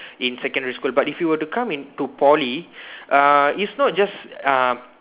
in secondary school but if you were to come into Poly uh is not just uh